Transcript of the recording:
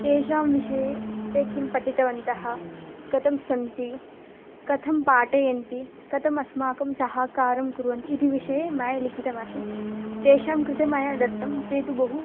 तेषां विषये ते किं पठितवन्तः कथं सन्ति कथं पाठयन्ति कथम् अस्माकं सहकारं कुर्वन्ति इति विषये मया लिखितमासीत् तेषां कृतं मया दत्तं ते तु बहु